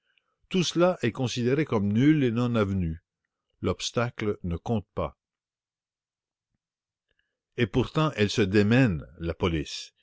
tout cela est considéré comme nul et non avenu l'obstacle ne compte pas et pourtant elle se démène la police